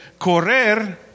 correr